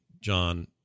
John